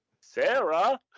Sarah